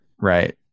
right